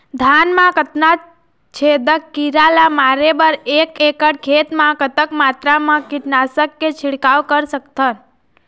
धान मा कतना छेदक कीरा ला मारे बर एक एकड़ खेत मा कतक मात्रा मा कीट नासक के छिड़काव कर सकथन?